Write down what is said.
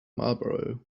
marlborough